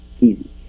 easy